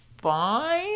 fine